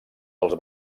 els